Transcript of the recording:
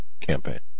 campaign